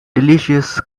delicious